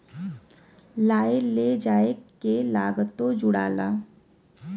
लाए ले जाए के लागतो जुड़ाला